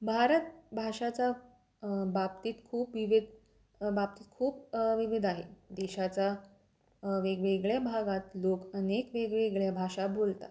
भारत भाषाचा बाबतीत खूप विविध बाबतीत खूप विविध आहे देशाचा वेगवेगळ्या भागात लोक अनेक वेगवेगळ्या भाषा बोलतात